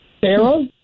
Sarah